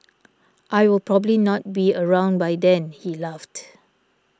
I will probably not be around by then he laughed